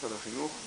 ממשרד החינוך,